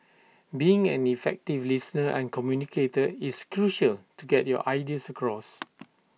being an effective listener and communicator is crucial to get your ideas across